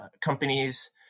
companies